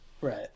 Right